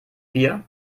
bier